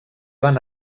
van